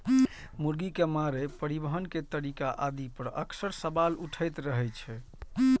मुर्गी के मारै, परिवहन के तरीका आदि पर अक्सर सवाल उठैत रहै छै